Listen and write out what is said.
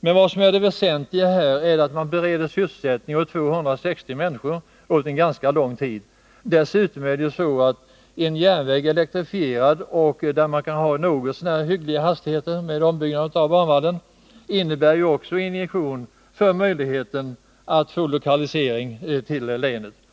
Men det väsentliga är att man bereder sysselsättning åt 260 människor under ganska lång tid. Dessutom är det ju så att en elektrifierad järnväg, där man kan hålla något så när hyggliga hastigheter efter ombyggnad av banvallen, också innebär en injektion då det gäller möjligheterna att få verksamhet lokaliserad till länet.